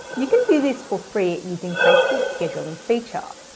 you can do this for free using facebook's scheduling feature.